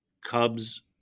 Cubs